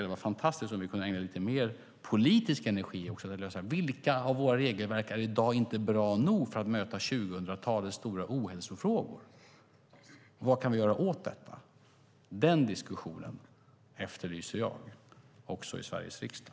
Det vore fantastiskt om vi kunde ägna lite mer politisk energi åt att ta reda på vilka av våra regelverk i dag som inte är bra nog för att möta 2000-talets stora ohälsoproblem och vad vi kan göra åt detta. Den diskussionen efterlyser jag, också i Sveriges riksdag.